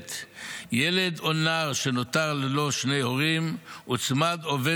המגדלת ילד או נער שנותר ללא שני הורים הוצמד עובד